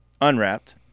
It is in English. unwrapped